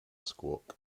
squawk